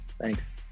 thanks